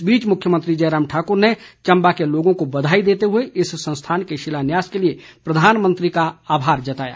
इस बीच मुख्यमंत्री जयराम ठाकुर ने चम्बा के लोगों को बधाई देते हुए इस संस्थान के शिलान्यास के लिए प्रधानमंत्री का आभार जताया है